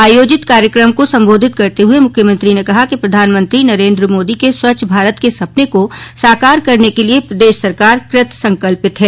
आयोजित कार्यक्रम को संबोधित करते हुए मुख्यमंत्री ने कहा कि प्रधानमंत्री नरेंद्र मोदी के स्वच्छ भारत के सपने को साकार करने के लिए प्रदेश सरकार कृतसंकल्पित है